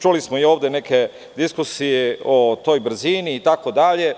Čuli smo ovde neke diskusije o toj brzini itd.